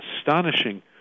astonishing